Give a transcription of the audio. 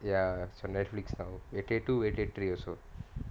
ya it's on Netflix now Vettai two Vettai three also